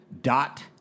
dot